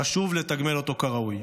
חשוב לתגמל אותו כראוי.